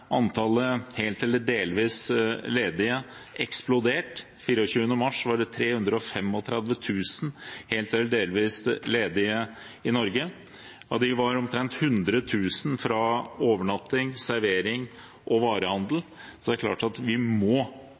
antallet helt eller delvis ledige eksplodert. Den 24. mars var det 335 000 helt eller delvis ledige i Norge, og av dem var omtrent 100 000 fra overnatting, servering og varehandel. Så det er klart at vi må